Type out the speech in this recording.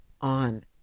on